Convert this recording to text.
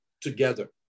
together